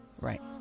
Right